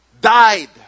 died